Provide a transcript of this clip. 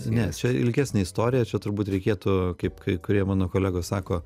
ne čia ilgesnė istorija čia turbūt reikėtų kaip kai kurie mano kolegos sako